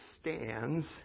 stands